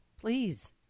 please